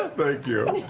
thank you.